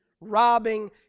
Robbing